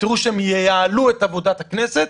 תראו שהם ייעלו את עבודת הכנסת,